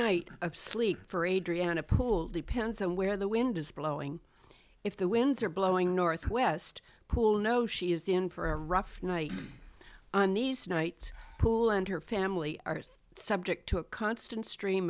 night of sleep for adriana pull depends on where the wind is blowing if the winds are blowing north west pool no she is in for a rough night on these nights pool and her family are subject to a constant stream